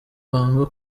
banga